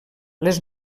les